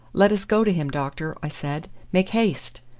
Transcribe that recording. let us go to him, doctor, i said. make haste!